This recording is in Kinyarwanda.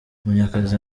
munyakazi